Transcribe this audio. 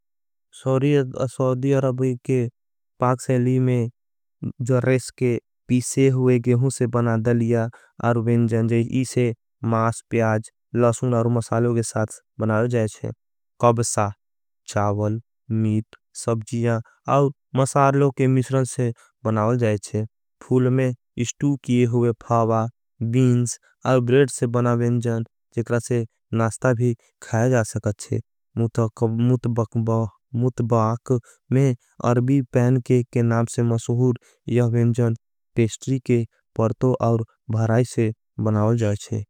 सोधी अरभी के पाक सेली में जरेस के पीसे हुए। गेहुं से बना दलिया और वेंजन जैसे मास प्याज। लसुन और मसालों के साथ बनावल जायेंचे कबसा। चावल मीट सबजीया और मसालों के मिश्रण से। बनावल जायेंचे फूल में इस्टू किये हुए फावा बीन्स और ब्रेट से बना वेंजन जैसे नास्ता भी खाया जा सकते। हैं मुतबाक में अरभी पैन केक के नाम से मसुहूर। यह वेंजन पेस्ट्री के परतो और भाराई से बनावल जायेंचे।